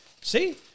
See